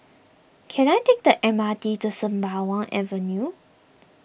can I take the M R T to Sembawang Avenue